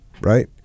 right